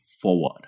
forward